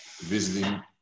visiting